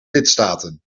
lidstaten